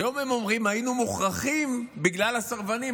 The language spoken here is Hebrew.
היום הם אומרים: היינו מוכרחים בגלל הסרבנים,